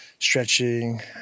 stretching